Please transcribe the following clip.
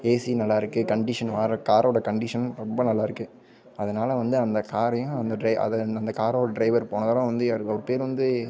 AC நல்லா இருக்குது condition வார காரோடய கண்டீஷன் ரொம்ப நல்லாயிருக்கு அதனால வந்து அந்த காரையும் அந்த ட்ரை அது அண்ட் அந்த காரோடய ட்ரைவர் போன தடவை வந்து யார் அவர் பேர் வந்து